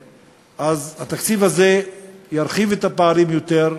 התקציב הזה ירחיב את הפערים יותר,